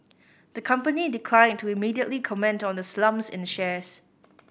the company declined to immediately comment on the slumps in shares